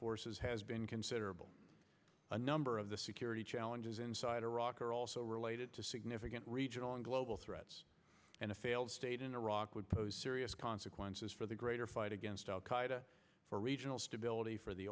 forces has been considerable a number of the security challenges inside iraq are also related to significant regional and global threats and a failed state in iraq would pose serious consequences for the greater fight against al qaeda for regional stability for the